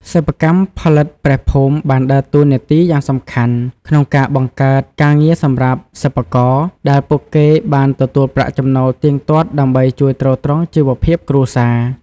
សិប្បកម្មផលិតព្រះភូមិបានដើរតួនាទីយ៉ាងសំខាន់ក្នុងការបង្កើតការងារសម្រាប់សិប្បករ ដែលពួកគេបានទទួលប្រាក់ចំណូលទៀងទាត់ដើម្បីជួយទ្រទ្រង់ជីវភាពគ្រួសារ។